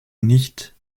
nicht